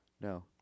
No